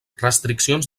restriccions